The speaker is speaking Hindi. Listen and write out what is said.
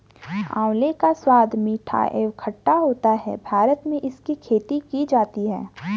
आंवले का स्वाद मीठा एवं खट्टा होता है भारत में इसकी खेती की जाती है